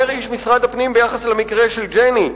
אומר איש משרד הפנים ביחס למקרה של ג'ני: